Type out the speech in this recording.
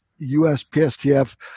USPSTF